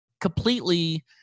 completely